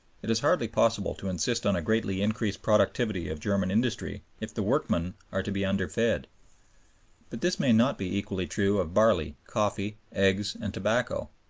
it is hardly possible to insist on a greatly increased productivity of german industry if the workmen are to be underfed. but this may not be equally true of barley, coffee, eggs, and tobacco.